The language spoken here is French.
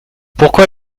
pourquoi